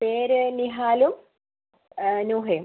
പേര് നിഹാലും നൂഹയും